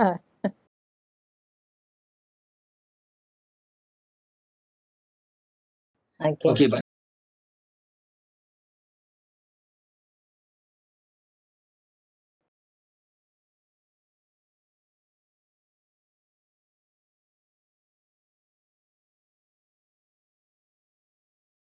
!huh! I